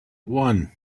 one